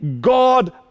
God